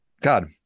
God